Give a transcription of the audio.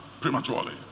prematurely